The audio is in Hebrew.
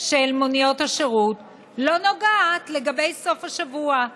של מוניות השירות לא נוגעת לגבי סוף השבוע.